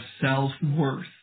self-worth